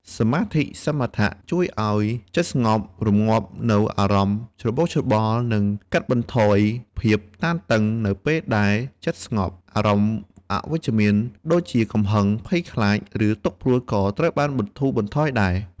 សមាធិសមាថៈ ជួយឱ្យចិត្តស្ងប់ រម្ងាប់នូវអារម្មណ៍ច្របូកច្របល់ និងកាត់បន្ថយភាពតានតឹង នៅពេលដែលចិត្តស្ងប់ អារម្មណ៍អវិជ្ជមានដូចជា កំហឹង ភ័យខ្លាច ឬទុក្ខព្រួយក៏ត្រូវបានបន្ធូរបន្ថយដែរ។